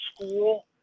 school